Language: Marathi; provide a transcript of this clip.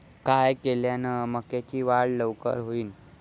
काय केल्यान मक्याची वाढ लवकर होईन?